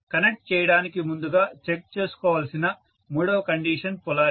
connect చేయడానికి ముందుగా check చేసుకోవాల్సిన మూడవ కండిషన్ పొలారిటీ